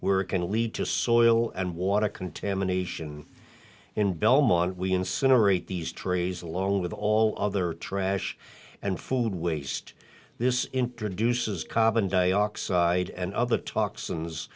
can lead to soil and water contamination in belmont we incinerate these trees along with all other trash and food waste this introduces carbon dioxide and other toxins